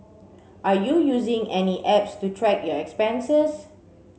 are you using any apps to track your expenses